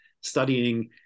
studying